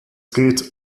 geht